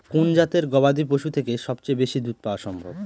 কোন জাতের গবাদী পশু থেকে সবচেয়ে বেশি দুধ পাওয়া সম্ভব?